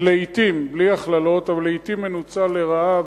ולעתים, בלי הכללות, אבל לעתים מנוצל לרעה.